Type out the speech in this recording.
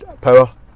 power